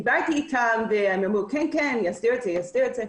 דיברתי איתם והם אמרו, כן, נסדיר את זה.